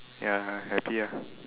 ya happy lah